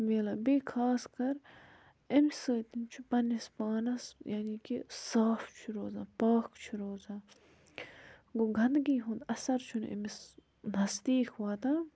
مِلان بیٚیہِ خاص کَر امہِ سۭتۍ چھُ پَننِس پانَس یعنی کہِ صاف چھُ روزان پاکھ چھُ روزان گوٚو گَنٛدگی ہُنٛد اَثَر چھُ نہٕ أمِس نزدیٖک واتان